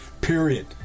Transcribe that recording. Period